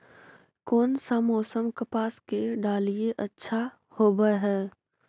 कोन सा मोसम कपास के डालीय अच्छा होबहय?